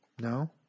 No